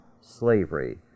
slavery